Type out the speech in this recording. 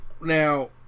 now